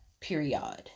period